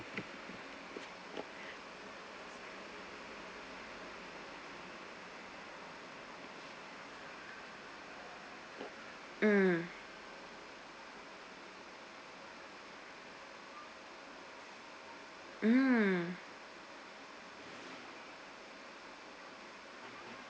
mm